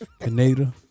Canada